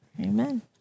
Amen